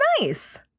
nice